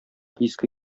иске